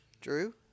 Drew